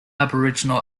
aboriginal